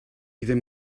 ddim